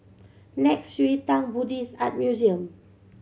Nei Xue Tang Buddhist Art Museum